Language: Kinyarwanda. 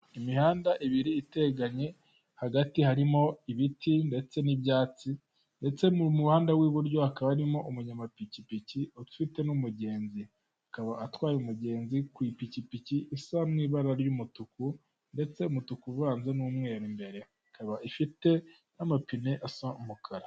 Imihanda ibiri iteganye, hagati harimo ibiti ndetse n'ibyatsi ndetse mu muhanda w'iburyo hakaba harimo umunyamapikipiki ufite n'umugenzi, akaba atwaye umugenzi ku ipikipiki isa mu ibara ry'umutuku ndetse umutuku uvanze n'umweru imbere, ikaba ifite n'amapine asa umukara.